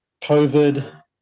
COVID